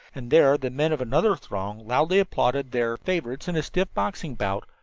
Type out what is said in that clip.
and there the men of another throng loudly applauded their favorites in a stiff boxing bout,